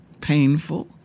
painful